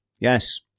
yes